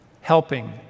helping